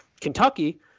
Kentucky